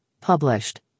published